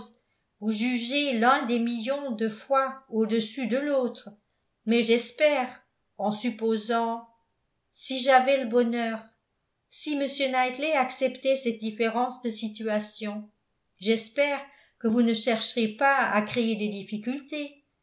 vous jugez l'un des millions de fois au-dessus de l'autre mais j'espère en supposant si j'avais le bonheur si m knightley acceptait cette différence de situation j'espère que vous ne chercheriez pas à créer des difficultés